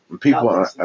people